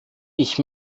ich